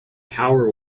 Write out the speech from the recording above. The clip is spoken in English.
power